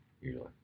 Usually